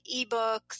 eBooks